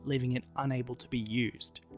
leaving it unable to be used.